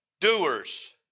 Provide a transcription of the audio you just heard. doers